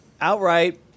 outright